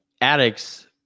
addicts